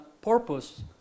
purpose